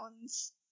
one's